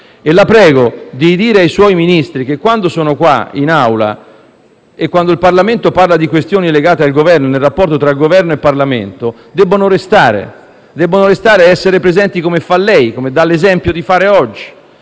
e la prego di dire ai suoi Ministri che quando sono qui in Aula e quando il Parlamento parla di questioni legate al Governo, nel rapporto tra Governo e Parlamento, devono restare ed essere presenti come fa lei, secondo l'esempio che lei